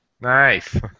Nice